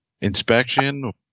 inspection